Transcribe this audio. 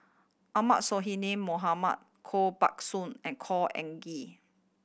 Ahmad Mohamad Koh Buck Sun and Khor Ean Ghee